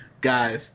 Guys